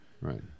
right